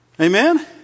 Amen